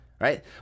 Right